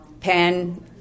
pen